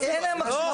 לא, אין אנשים שיפעילו.